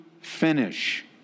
finish